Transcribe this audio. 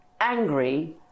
angry